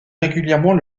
régulièrement